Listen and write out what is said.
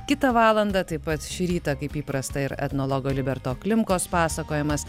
kitą valandą taip pat šį rytą kaip įprasta ir etnologo liberto klimkos pasakojimas